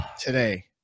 today